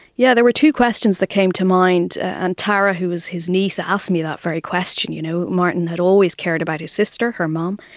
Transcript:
yeah there were two questions that came to mind, and tara who was his niece asked me that very question, you know, martin had always cared about his sister, her mum,